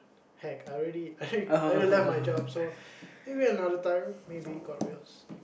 hack I already I already left my job maybe another time maybe god's wills